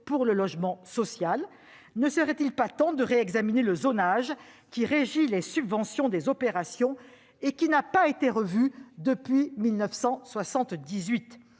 pour le logement social ? Ne serait-il pas temps de réexaminer le zonage qui régit les subventions des opérations et qui n'a pas été revu depuis 1978 ?